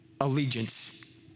allegiance